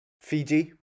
Fiji